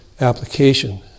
application